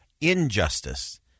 injustice